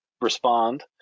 respond